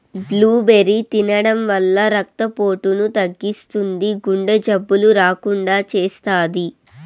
blueberry తినడం వల్ల రక్త పోటును తగ్గిస్తుంది, గుండె జబ్బులు రాకుండా చేస్తాది